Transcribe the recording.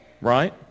right